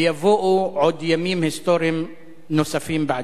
ויבואו עוד ימים היסטוריים נוספים בעתיד.